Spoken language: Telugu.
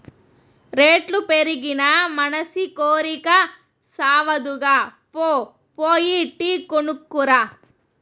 రేట్లు పెరిగినా మనసి కోరికి సావదుగా, పో పోయి టీ కొనుక్కు రా